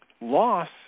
loss